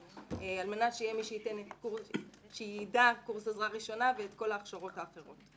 על מנת שיהיה מי שיידע קורס עזרה ראשונה ואת כל ההכשרות האחרות.